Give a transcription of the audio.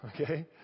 okay